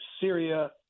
Syria